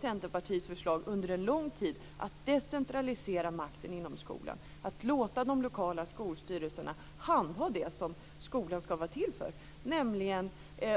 Centerpartiets förslag har under en lång tid varit att decentralisera makten inom skolan, att låta de lokala skolstyrelserna handha det som skolan ska vara till för, nämligen